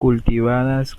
cultivadas